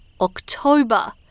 October